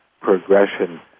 progression